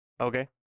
Okay